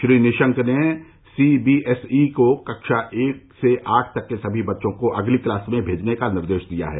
श्री निशंक ने सीबीएसई को कक्षा एक से आठ तक के सभी बच्चों को अगली क्लास में भेजने का निर्देश दिया है